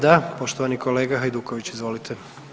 Da, poštovani kolega Hajduković, izvolite.